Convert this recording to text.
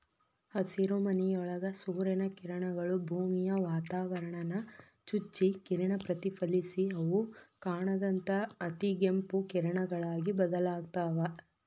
ಹಸಿರುಮನಿಯೊಳಗ ಸೂರ್ಯನ ಕಿರಣಗಳು, ಭೂಮಿಯ ವಾತಾವರಣಾನ ಚುಚ್ಚಿ ಕಿರಣ ಪ್ರತಿಫಲಿಸಿ ಅವು ಕಾಣದಂತ ಅತಿಗೆಂಪು ಕಿರಣಗಳಾಗಿ ಬದಲಾಗ್ತಾವ